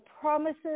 promises